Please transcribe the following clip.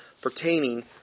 pertaining